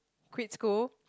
quit school